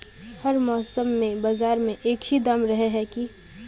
हर मौसम में बाजार में एक ही दाम रहे है की?